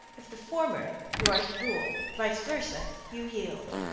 if the former, you are to rule vice versa, you yield.